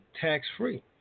tax-free